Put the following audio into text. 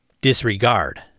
disregard